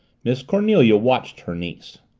miss cornelia watched her niece.